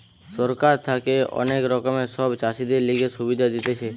সরকার থাকে অনেক রকমের সব চাষীদের লিগে সুবিধা দিতেছে